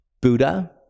Buddha